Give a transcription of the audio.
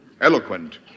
Eloquent